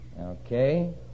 Okay